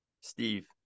Steve